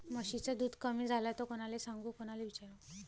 म्हशीचं दूध कमी झालं त कोनाले सांगू कोनाले विचारू?